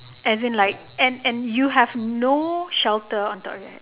as in like and and you have no shelter on top of your head